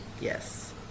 Yes